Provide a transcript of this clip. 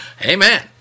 Amen